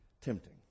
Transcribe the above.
tempting